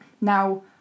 Now